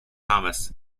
thomas